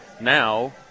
now